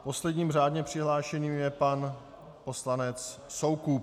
Posledním řádně přihlášeným je pan poslanec Soukup.